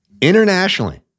Internationally